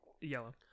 yellow